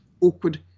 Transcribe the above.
awkward